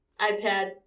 iPad